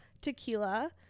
tequila